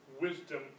wisdom